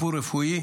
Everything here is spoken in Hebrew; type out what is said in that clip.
טיפול רפואי,